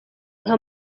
nka